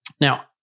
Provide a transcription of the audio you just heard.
Now